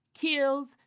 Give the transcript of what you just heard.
kills